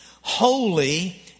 holy